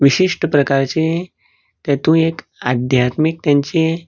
विशिश्ट प्रकारची तेतूंत एक आध्यात्मिक तेंचें